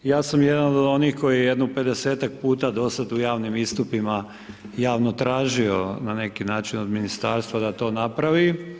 Ja sam jedan od onih koji je jedno 50-ak puta do sada u javnim istupima javno tražio na neki način od ministarstva da to napravi.